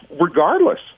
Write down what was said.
regardless